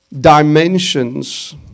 dimensions